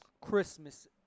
Christmas